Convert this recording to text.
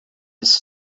his